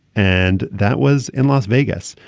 and that was in las vegas.